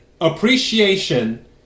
appreciation